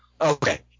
Okay